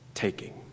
taking